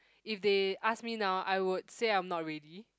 if they ask me now I would say I'm not ready